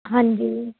ਹਾਂਜੀ